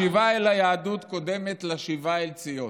השיבה אל היהדות קודמת לשיבה אל ציון.